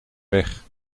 weg